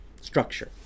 structure